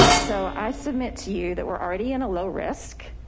so i submit to you that we're already in a low risk.